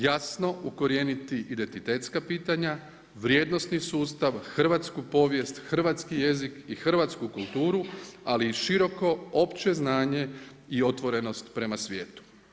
Jasno ukorijeniti identitetska pitanja, vrijednosni sustav, hrvatsku povijest, hrvatski jezik i hrvatsku kulturu ali i široko, opće znanje i otvorenost prema svijetu.